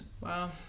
wow